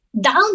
down